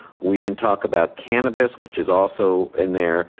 we didn't talk about cannabis, which is also in there.